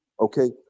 okay